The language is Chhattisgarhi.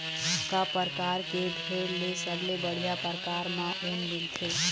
का परकार के भेड़ ले सबले बढ़िया परकार म ऊन मिलथे?